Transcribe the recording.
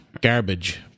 garbage